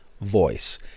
voice